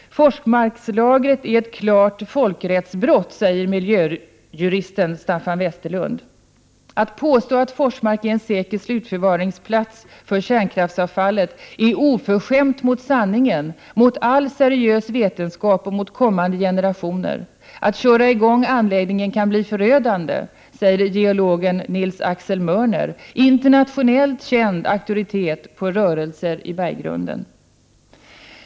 ”Forsmarkslagret är ett klart folkrättsbrott” säger miljöjuristen Staffan Westerlund. ”Att påstå att Forsmark är en säker slutförvaringsplats för kärnkraftsavfallet är oförskämt mot sanningen, mot all seriös vetenskap och mot kommande generationer. Att köra i gång anläggningen kan bli förödande” säger geologen Nils-Axel Mörner, internationellt känd auktoritet på rörelser i berggrunden.